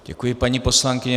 Děkuji, paní poslankyně.